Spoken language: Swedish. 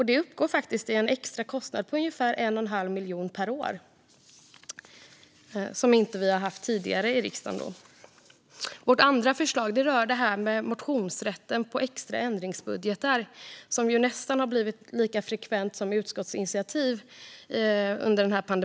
Det uppgår faktiskt till en extra kostnad på ungefär 1 1⁄2 miljon per år som vi inte har haft i riksdagen tidigare. Vårt andra förslag rör motionsrätten på extra ändringsbudgetar, som under pandemin nästan har blivit lika frekvent förekommande som utskottsinitiativ.